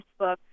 Facebook